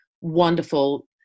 wonderful